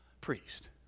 priest